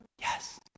Yes